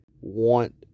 want